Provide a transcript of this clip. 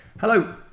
Hello